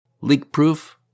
leak-proof